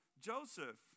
Joseph